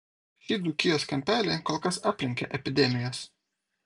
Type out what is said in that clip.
šį dzūkijos kampelį kol kas aplenkia epidemijos